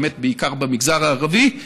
בעיקר במגזר הערבי,